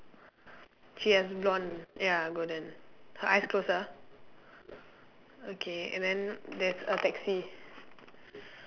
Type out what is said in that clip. she has blonde ya golden her eyes close ah okay and then there's a taxi